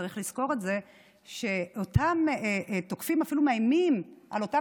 צריך לזכור את זה שאותם תוקפים אפילו מאיימים על אותה